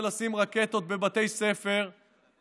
פעם זה ילדים ופעם זה לשים רקטות בבתי ספר ופעם